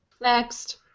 Next